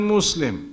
Muslim